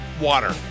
water